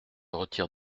retire